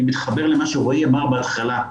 אני מתחבר למה שרועי אמר בהתחלה,